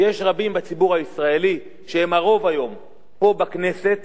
ויש רבים בציבור הישראלי, שהם הרוב היום פה בכנסת,